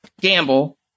gamble